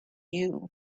you